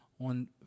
on